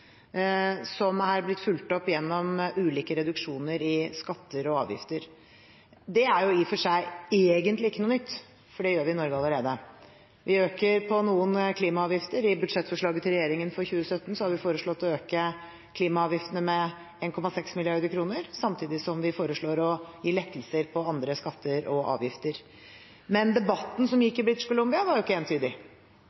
som er blitt fulgt opp gjennom ulike reduksjoner i skatter og avgifter. Det er i og for seg egentlig ikke noe nytt, for det gjør vi i Norge allerede. Vi øker noen klimaavgifter. I budsjettforslaget til regjeringen for 2017 har vi foreslått å øke klimaavgiftene med 1,6 mrd. kr, samtidig som vi foreslår å gi lettelser på andre skatter og avgifter. Men debatten som gikk